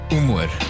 Humor